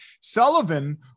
Sullivan